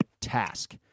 task